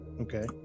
Okay